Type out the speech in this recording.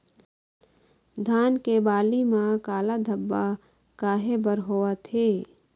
धान के बाली म काला धब्बा काहे बर होवथे?